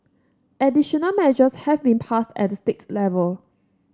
additional measures have been passed at the states level